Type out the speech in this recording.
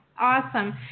Awesome